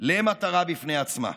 למטרה בפני עצמה,